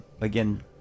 again